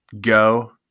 go